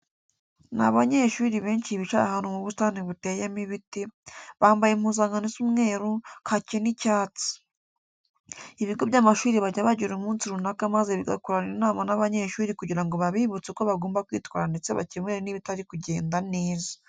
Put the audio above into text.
Ni abanyeshuri benshi bicaye ahantu mu busitani buteyeno ibiti, bambaye impuzankano isa umweru, kake n'icyatsi. Ibigo by'amashuri bajya bagira umunsi runaka maze bigakorana inama n'abanyeshuri kugira ngo babibutse uko bagomba kwitwara ndetse bakemure n'ibitari kugenda neza.